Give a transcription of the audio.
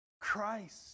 Christ